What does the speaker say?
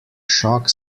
shock